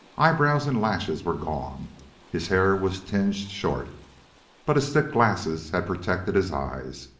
eyebrows and lashes were gone his hair was tinged short but his thick glasses had protected his eyes.